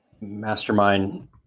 mastermind